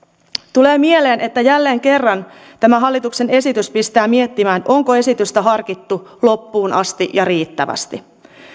tulee mieleen että jälleen kerran hallituksen esitys pistää miettimään onko esitystä harkittu loppuun asti ja riittävästi